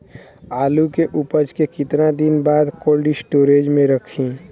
आलू के उपज के कितना दिन बाद कोल्ड स्टोरेज मे रखी?